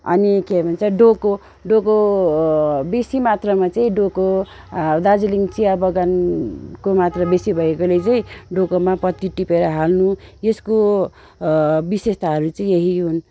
अनि के भन्छ डोको डोको बेसी मात्रामा चाहिँ डोको दार्जिलिङ चिया बगानको मात्रा बेसी भएकोले चाहिँ डोकोमा पत्ती टिपेर हाल्नु यसको विशेषताहरू चाहिँ यही हुन्